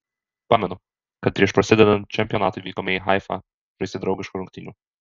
pamenu kad prieš prasidedant čempionatui vykome į haifą žaisti draugiškų rungtynių